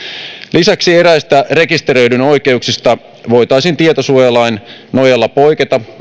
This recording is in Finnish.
lisäksi eräistä rekisteröidyn oikeuksista voitaisiin tietosuojalain nojalla poiketa